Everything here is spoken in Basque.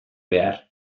behar